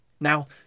Now